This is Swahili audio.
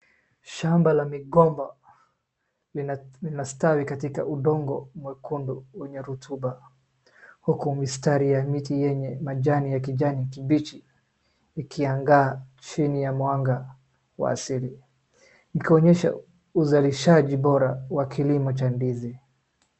Shamba la migomba linastawi katika udongo mwekundu wenye rotuba huku mistari ya miti yenye majani ya kijani kibichi ikiangaa chini ya mwanga wa asili ikionyesha uzalishaji bora wa kilimo cha ndizi.